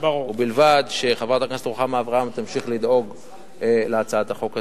ובלבד שחברת הכנסת רוחמה אברהם תמשיך לדאוג להצעת החוק הזאת.